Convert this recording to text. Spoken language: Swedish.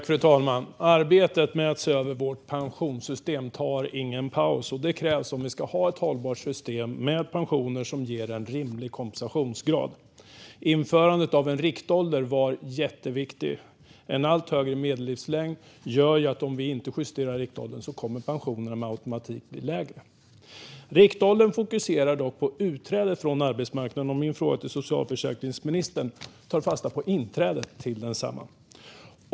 Fru talman! Arbetet med att se över vårt pensionssystem tar ingen paus. Det krävs om vi ska ha ett hållbart system med pensioner som ger en rimlig kompensationsgrad. Införandet av en riktålder var jätteviktigt. En allt högre medellivslängd leder ju till att pensionerna med automatik kommer att bli lägre om vi inte justerar riktåldern. Den fokuserar dock på utträdet från arbetsmarknaden. I min fråga till socialförsäkringsministern tar jag fasta på inträdet till densamma.